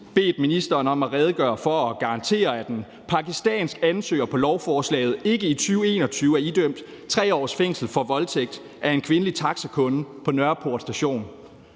bedt ministeren om at redegøre for og garantere, at en pakistansk ansøger på lovforslaget ikke i 2021 er idømt 3 års fængsel for voldtægt af en kvindelig taxakunde på Nørreport Station.